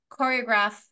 choreograph